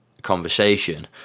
conversation